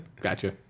gotcha